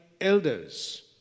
elders